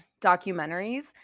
documentaries